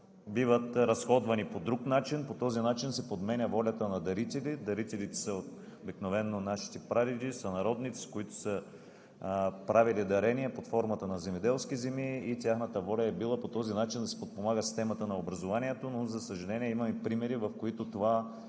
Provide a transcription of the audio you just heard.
биват разходвани по друг начин. По този начин се подменя волята на дарителя. Дарителите обикновено са нашите прадеди, сънародници, които са правели дарение под формата на земеделски земи и тяхната воля е била по този начин да се подпомага системата на образованието, но, за съжаление, има и примери, в които това